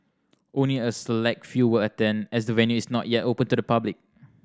only a select few will attend as the venue is not yet open to the public